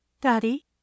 Daddy